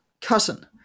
cousin